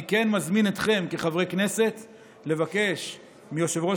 אני מזמין אתכם כחברי כנסת לבקש מיושב-ראש